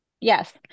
Yes